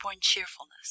cheerfulness